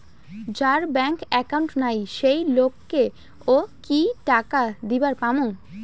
যার bank account নাই সেই লোক কে ও কি টাকা দিবার পামু?